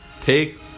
take